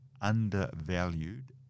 undervalued